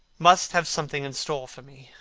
must have something in store for me.